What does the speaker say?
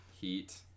Heat